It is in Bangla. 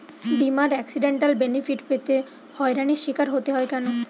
বিমার এক্সিডেন্টাল বেনিফিট পেতে হয়রানির স্বীকার হতে হয় কেন?